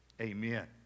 Amen